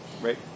right